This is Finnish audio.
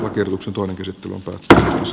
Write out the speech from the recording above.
kierroksen toinen kysytty mutta stars